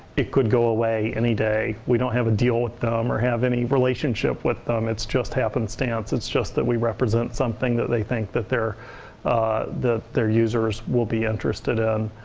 it could go away any day. we don't have a deal with them or have any relationship with them. it's just happenstance. it's just that we represent something that they think that their their user will be interested in.